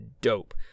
dope